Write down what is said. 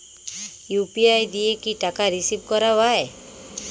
UPI দিয়ে কি টাকা রিসিভ করাও য়ায়?